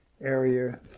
area